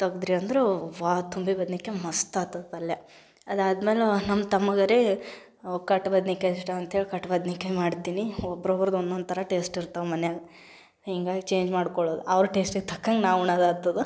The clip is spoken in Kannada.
ತೆಗ್ದ್ರಿ ಅಂದ್ರೆ ವಾ ತುಂಬಿ ಬದ್ನಿಕಾಯಿ ಮಸ್ತಾತದೆ ಪಲ್ಯ ಅದಾದ್ಮೇಲೆ ನಮ್ಮ ತಮ್ಮಗರೆ ಕಟ್ ಬದ್ನಿಕಾಯಿ ಇಷ್ಟ ಅಂತ್ಹೇಳಿ ಕಟ್ ಬದ್ನಿಕಾಯಿ ಮಾಡ್ತೀನಿ ಒಬ್ಬೊಬ್ರದ್ದು ಒಂದೊಂದು ಥರ ಟೇಸ್ಟಿರ್ತವೆ ಮನೆಯಾಗ ಹೀಗಾಗಿ ಚೇಂಜ್ ಮಾಡ್ಕೊಳಲ್ಲ ಅವರ ಟೇಸ್ಟಿಗೆ ತಕ್ಕಂಗೆ ನಾವು ಉಣೊದಾಗ್ತದ